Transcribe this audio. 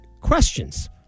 questions